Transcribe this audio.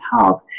health